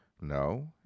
No